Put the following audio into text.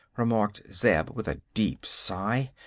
remarked zeb, with a deep sigh.